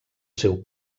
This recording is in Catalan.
seu